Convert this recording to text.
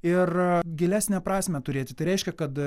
ir gilesnę prasmę turėti tai reiškia kad